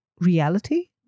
reality